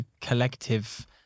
collective